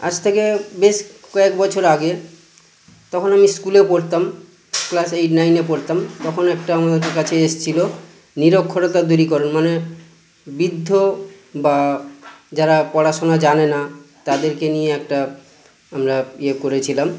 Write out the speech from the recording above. আজ থেকে বেশ কয়েক বছর আগের তখন আমি ইস্কুলে পড়তাম ক্লাস এইট নাইনে পড়তাম তখন একটা আমাদের কাছে এসেছিল নিরক্ষরতা দূরীকরণ মানে বৃদ্ধ বা যারা পড়াশোনা জানে না তাদেরকে নিয়ে একটা আমরা ইয়ে করেছিলাম